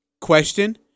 question